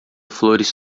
flores